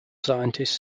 scientists